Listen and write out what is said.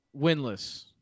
winless